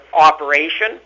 operation